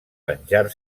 venjar